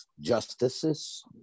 justices